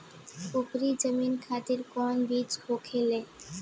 उपरी जमीन खातिर कौन बीज होखे?